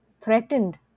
threatened